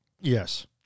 Yes